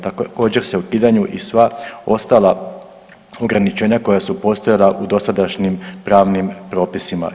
Također se ukidaju i sva ostala ograničenja koja su postojala u dosadašnjim pravnim propisima.